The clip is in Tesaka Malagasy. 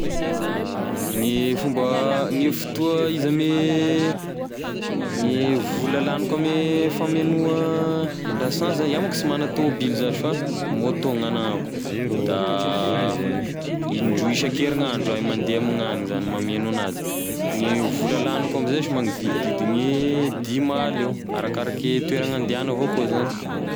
Gne fomba gne fotoa izy ame gne vola laniko ame famenoa lasansy zany, iaho manko sy magna tôbily zash fa môtô gn'agnanako, da indroy isankerignandro isankerignandro iaho mandeha amignagny izany mameno anazy, gne vola laniko amzay zash magnodidididigne dimy aly eo arakarake toera gn'andehana avao koa zany.